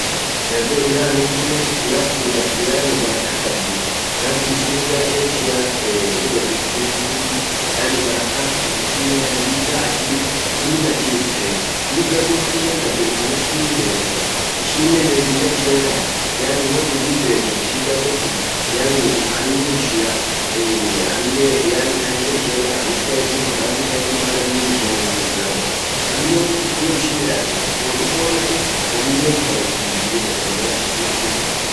Dhado Iran in tunnen, laf tun laf yaani barakah qabdu, laft ishin gar asia Middle East jirtun kullin yaani barakah mtumea lillah achi duf kullin achi dufte. Dub dhado tun tunnen dhado inaman kullin bekuu, ishinen bekinnah ishia tan yaani won irrit beken ishin dhadon tun yaani ukarimu ishia, yaani culture ishiannen kamis kaeti, mavazi kaeti, maana dini ishian dini islamuatii. amminen won guddio ishin midasit orru orrete ,horrien hiorete, ishin dib ete won guddio ishin midassit.